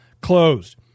closed